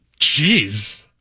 Jeez